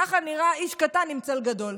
ככה נראה איש קטן עם צל גדול,